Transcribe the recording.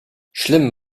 schlimm